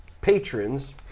patrons